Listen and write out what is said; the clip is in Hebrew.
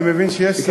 אני מבין שיש שר, לא?